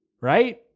right